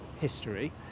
history